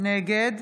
נגד